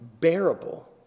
bearable